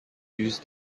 used